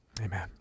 Amen